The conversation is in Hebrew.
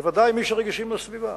בוודאי מי שרגישים לסביבה,